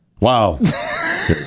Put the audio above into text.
Wow